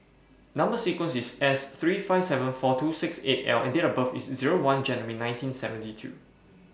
Number sequence IS S three five seven four two six eight L and Date of birth IS one January nineteen seventy two